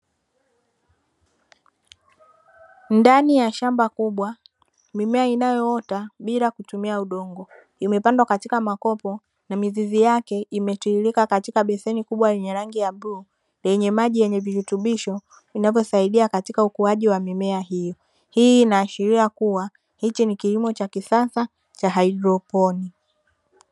Ndani ya shamba kubwa mimea inayoota bila kutumia udongo imepandwa katika makopo na mizizi yake imetiririka katika beseni kubwa lenye rangi ya bluu lenye maji yenye virutubisho vinavyosaidia katika ukuaji wa mimea hiyo hii inaashiria kuwa hiki ni kilimo cha kisasa cha haidroponi.